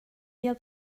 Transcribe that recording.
year